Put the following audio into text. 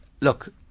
look